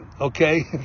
okay